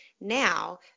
now